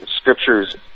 scriptures